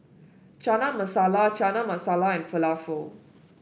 Chana Masala Chana Masala and Falafel